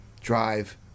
drive